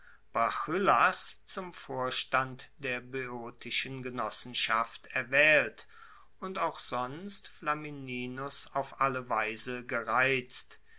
zum vorstand der boeotischen genossenschaft erwaehlt und auch sonst flamininus auf alle weise gereizt